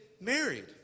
married